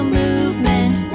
movement